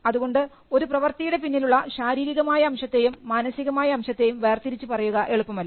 അതുകൊണ്ട് ഒരു പ്രവർത്തിയുടെ പിന്നിലുള്ള ശാരീരികമായ അംശത്തെയും മാനസികമായ അംശത്തെയും വേർതിരിച്ച് പറയുക എളുപ്പമല്ല